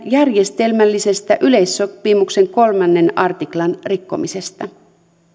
järjestelmällisestä yleissopimuksen kolmannen artiklan rikkomisesta